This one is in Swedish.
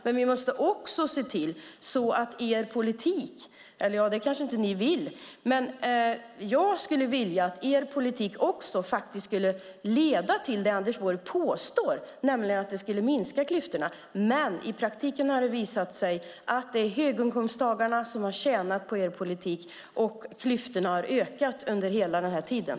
Men ni måste också se till att er politik - det kanske inte ni vill, men det skulle jag vilja - leder till det Anders Borg påstår, nämligen att minska klyftorna. I praktiken har det visat sig att det är höginkomsttagarna som har tjänat på er politik och att klyftorna har ökat under hela den här tiden.